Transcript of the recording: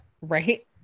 Right